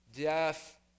death